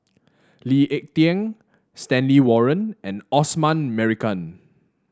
Lee Ek Tieng Stanley Warren and Osman Merican